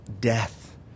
death